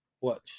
Watch